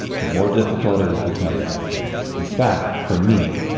the more difficult it has become to have faith. in fact, for me,